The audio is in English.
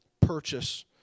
purchase